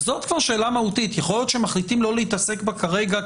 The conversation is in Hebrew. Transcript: יכול להיות שמחליטים לא להתעסק בה כרגע,